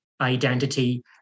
identity